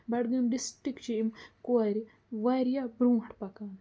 بڑگٲمۍ ڈسٹِکچہِ یِم کورِ وارِیاہ برٛونٛٹھ پکان